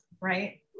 Right